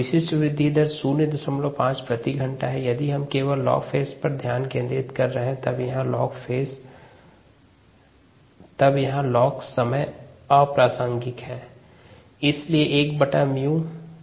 विशिष्ट वृद्धि दर 05 प्रति घंटा है यदि हम केवल लॉग फेज पर ध्यान केंद्रित कर रहे हैं तब यहाँ लॉग समय अप्रासंगिक है